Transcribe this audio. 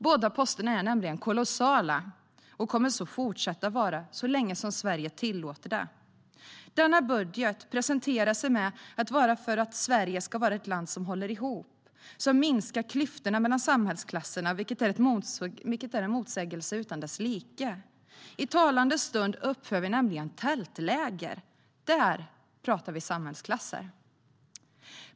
Båda posterna är nämligen kolossala och kommer att fortsätta att vara det så länge som Sverige tillåter det. Denna budget presenteras med att Sverige ska vara ett land som håller ihop, som minskar klyftorna mellan samhällsklasserna, vilket är en motsägelse utan dess like. I talande stund uppförs nämligen tältläger. Där pratar vi samhällsklasser!